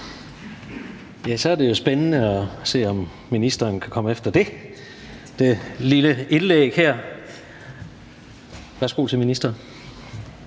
Så er det jo spændende at se, om ministeren kan komme efter det her lille indlæg. Værsgo til ministeren.